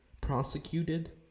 prosecuted